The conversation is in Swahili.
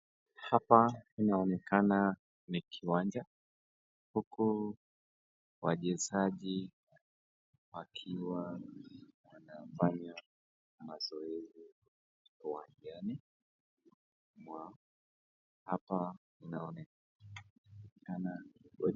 Hapa inaonekana ni kiwanja, huku wachezaji wakiwa wanafanya mazoeizi uwanjani mwa hapa inaonekana...